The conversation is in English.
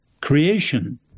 creation